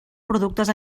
productes